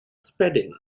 spreading